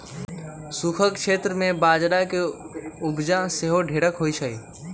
सूखक क्षेत्र में बजरा के उपजा सेहो ढेरेक होइ छइ